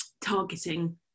targeting